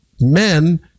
men